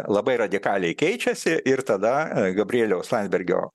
labai radikaliai keičiasi ir tada gabrieliaus landsbergio